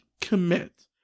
commit